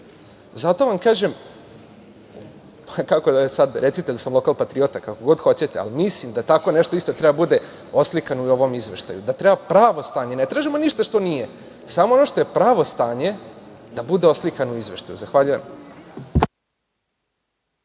Zato vam kažem, recite da sam lokal patriota ili kako god hoćete, ali mislim da tako nešto isto treba da bude oslikano i u ovom izveštaju, da treba pravo stanje, ne tražimo ništa što nije, samo ono što je pravo stanje da bude oslikano u izveštaju. Zahvaljujem.